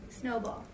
snowball